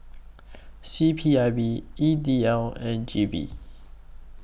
C P I B E D L and G V